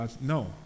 No